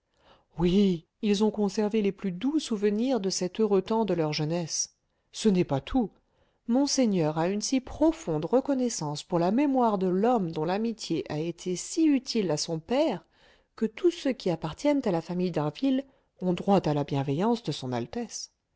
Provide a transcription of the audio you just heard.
oui ils ont conservé les plus doux souvenirs de cet heureux temps de leur jeunesse ce n'est pas tout monseigneur a une si profonde reconnaissance pour la mémoire de l'homme dont l'amitié a été si utile à son père que tous ceux qui appartiennent à la famille d'harville ont droit à la bienveillance de son altesse